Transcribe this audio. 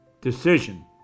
Decision